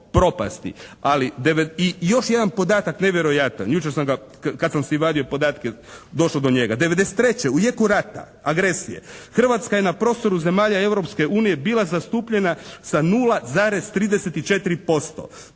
propasti. Ali još jedan podatak nevjerojatan, jučer sam ga kad sam si vadio podatke došao do njega. 93. u jeku rata, agresije, Hrvatska je na prostoru zemalja Europske unije bila zastupljena sa 0,34%.